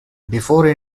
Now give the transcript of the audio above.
before